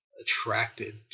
attracted